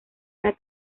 una